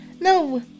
No